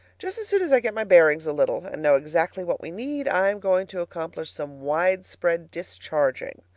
just as soon as i get my bearings a little, and know exactly what we need, i am going to accomplish some widespread discharging.